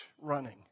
running